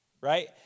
Right